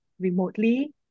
remotely